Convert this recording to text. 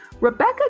rebecca